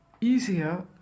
easier